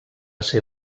ser